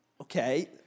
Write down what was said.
okay